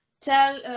tell